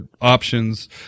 options